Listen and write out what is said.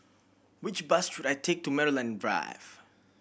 which bus should I take to Maryland Drive